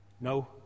No